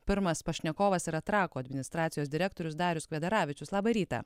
pirmas pašnekovas yra trakų administracijos direktorius darius kvedaravičius labą rytą